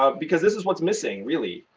ah because this is what's missing, really.